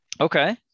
Okay